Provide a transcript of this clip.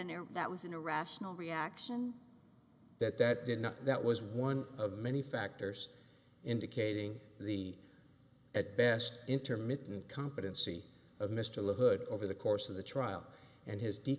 an air that was in a rational reaction that that did not that was one of many factors indicating the at best intermittent competency of mr hood over the course of the trial and his d